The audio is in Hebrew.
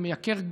זה מייקר,